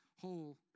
whole